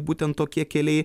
būtent tokie keliai